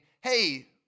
hey